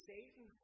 Satan